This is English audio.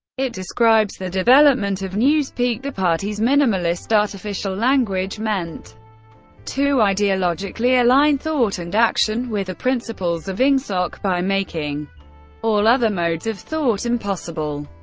it describes the development of newspeak, the party's minimalist artificial language meant to ideologically align thought and action with the principles of ingsoc by making all other modes of thought impossible.